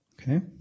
okay